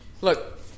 Look